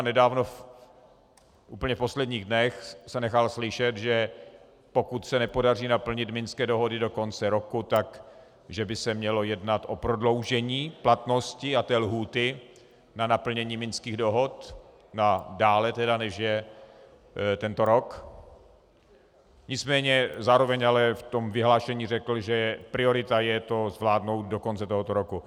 Nedávno, v úplně posledních dnech, se nechal slyšet, že pokud se nepodaří naplnit minské dohody do konce roku, tak že by se mělo jednat o prodloužení platnosti a té lhůty na naplnění minských dohod na dále, než je tento rok, nicméně zároveň ale v tom vyhlášení řekl, že priorita je to zvládnout do konce tohoto roku.